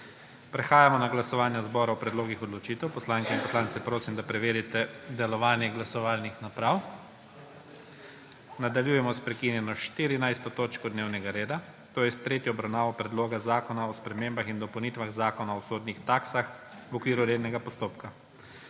Prehajamo na glasovanja zbora o predlogih odločitev. Poslanke in poslance prosim, da preverite delovanje glasovalnih naprav. Nadaljujemo sprekinjeno 14. točko dnevnega, to je s tretjo obravnavo Predloga zakona o spremembah in dopolnitvah Zakona o sodnih taksah v okviru rednega postopka.